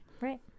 right